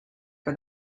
for